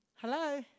Hello